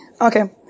Okay